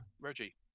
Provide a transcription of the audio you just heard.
Reggie